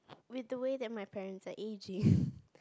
with the way that my parents are aging